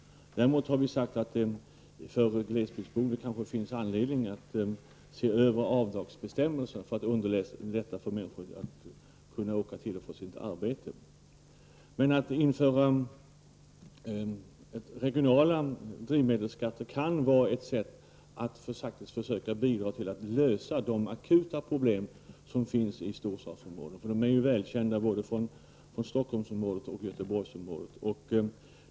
Däremot har vi sagt att det för glesbygdsbor kan finnas anledning att se över avdragsbestämmelserna för att underlätta för människor i glesbygden att åka till och från sitt arbete. Men att införa regionala drivmedelskatter kan vara ett sätt att faktiskt försöka att bidraga till att lösa de akuta problem som finns i storstadsområdena. De är väl kända i Stockholmsområdet och i Göteborgsområdet.